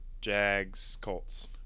Jags-Colts